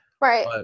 right